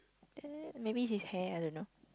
there maybe his hair I don't know